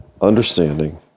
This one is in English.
understanding